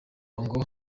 ngo